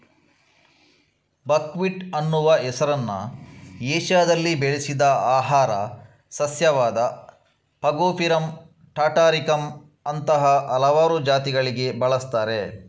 buckwheat ಅನ್ನುವ ಹೆಸರನ್ನ ಏಷ್ಯಾದಲ್ಲಿ ಬೆಳೆಸಿದ ಆಹಾರ ಸಸ್ಯವಾದ ಫಾಗೋಪಿರಮ್ ಟಾಟಾರಿಕಮ್ ಅಂತಹ ಹಲವಾರು ಜಾತಿಗಳಿಗೆ ಬಳಸ್ತಾರೆ